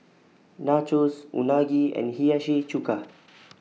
Nachos Unagi and Hiyashi Chuka